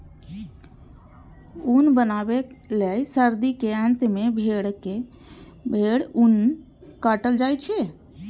ऊन बनबै लए सर्दी के अंत मे भेड़क ऊन काटल जाइ छै